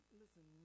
listen